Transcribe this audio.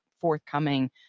forthcoming